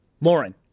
Lauren